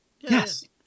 yes